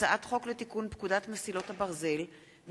הצעת חוק לתיקון פקודת מסילות הברזל (מס'